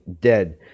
dead